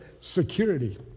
security